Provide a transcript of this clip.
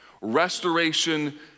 restoration